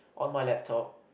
on my laptop